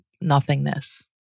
nothingness